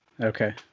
okay